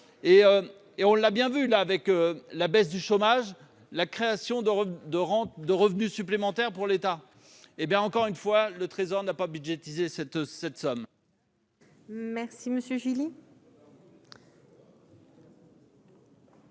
l'avons bien vu : la baisse du chômage a créé des revenus supplémentaires pour l'État. Et, encore une fois, le Trésor n'a pas budgétisé cette somme.